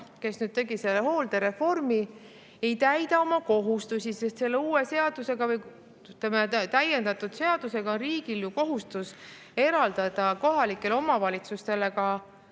kes tegi selle hooldereformi, ei täida oma kohustusi. Selle uue seadusega või täiendatud seadusega on riigil kohustus eraldada kohalikele omavalitsustele ka